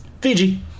Fiji